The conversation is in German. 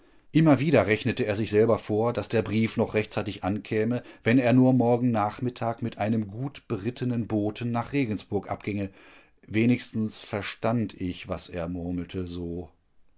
immer wieder rechnete er sich selber vor daß der brief noch rechtzeitig ankäme wenn er nur morgen nachmittag mit einem gut berittenen boten nach regensburg abginge wenigstens verstand ich was er murmelte so